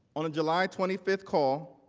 on a july twenty fifth call,